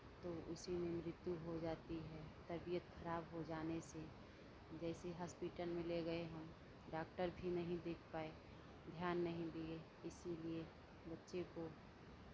तो इसी में मृत्यु हो जाती है तबियत खराब हो जाने से जैसे हॉस्पिटल में ले गए हम डॉक्टर भी नहीं देख पाए ध्यान नहीं दिए इसीलिए बच्चे को